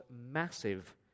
massive